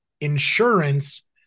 insurance